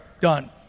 done